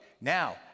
now